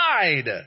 side